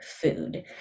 food